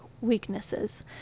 weaknesses